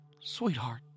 Sweetheart